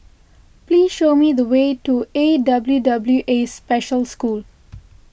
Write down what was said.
please show me the way to A W W A Special School